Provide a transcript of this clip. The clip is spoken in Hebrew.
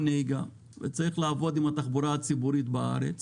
נהיגה וצריך לעבוד עם התחבורה הציבורית בארץ,